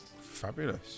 Fabulous